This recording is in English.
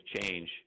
change